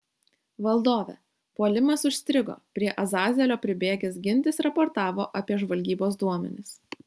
valdove puolimas užstrigo prie azazelio pribėgęs gintis raportavo apie žvalgybos duomenis